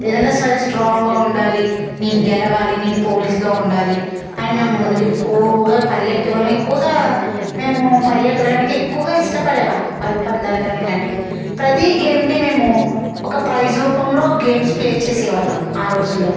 ఏదైనా సరే స్ట్రాంగ్గా ఉండాలి నేను గెలవాలి నేను పోలీస్గా ఉండాలి అని మేము ముందు ఎక్కువగా మేము పరిగెత్తే వాళ్ళము ఎక్కువగా మేము పరిగెత్తడానికి ఎక్కువగా ఇష్టపడే వాళ్ళ పరుగు పందాలు కాని ఇలాంటివి ప్రతి గేమ్ని మేము ఒక ప్రైజ్ రూపంలో గేమ్స్ ప్లే చేసేవాళ్ళం ఆ రోజుల్లో